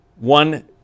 one